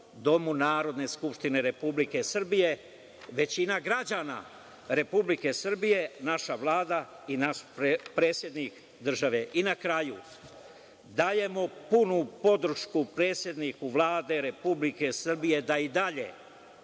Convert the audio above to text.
domu Narodne skupštine Republike Srbije, većina građana Republike Srbije, naša Vlada i naš predsednik države. Na kraju, dajemo punu podršku predsedniku Vlade Republike Srbije da i dalje